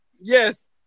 yes